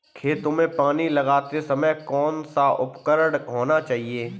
खेतों में पानी लगाते समय कौन सा उपकरण होना चाहिए?